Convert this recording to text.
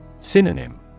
Synonym